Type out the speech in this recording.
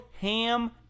HAM